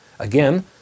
Again